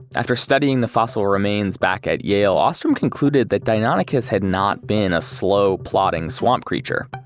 after studying the fossil remains back at yale, ostrom concluded that deinonychus had not been a slow, plodding, swamp creature.